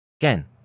Again